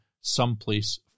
someplace